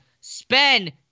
spend